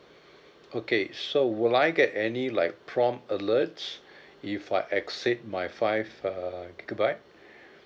okay so would I get any like prompt alert if I exceed my five uh gigabyte